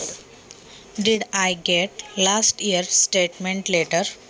मला मागील वर्षाचे खाते विवरण पत्र मिळेल का?